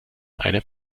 eine